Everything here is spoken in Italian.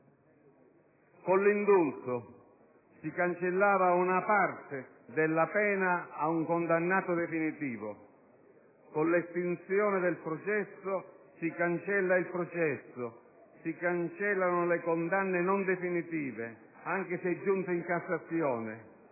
Con l'indulto si cancellava una parte della pena ad un condannato definitivo; con l'estinzione del processo si cancella il processo, si cancellano le condanne non definitive, anche se giunte in Cassazione,